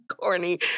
corny